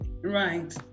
right